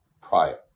prior